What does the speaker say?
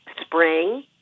spring